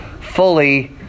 fully